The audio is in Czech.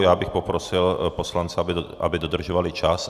Já bych poprosil poslance, aby dodržovali čas.